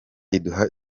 iduha